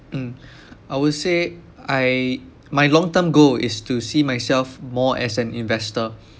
mm I would say I my long term goal is to see myself more as an investor